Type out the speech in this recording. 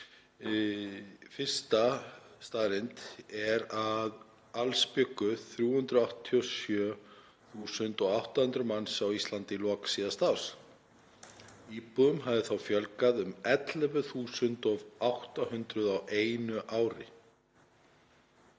Fyrsta staðreynd er að alls bjuggu 387.800 manns á Íslandi í lok síðasta árs. Íbúum hafði þá fjölgað um 11.800 á einu ári.